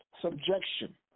subjection